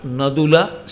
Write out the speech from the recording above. Nadula